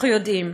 אנחנו יודעים,